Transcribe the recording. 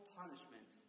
punishment